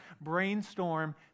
brainstorm